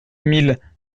mille